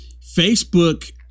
Facebook